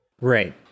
Right